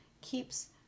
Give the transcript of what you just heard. keeps